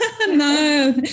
No